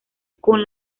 con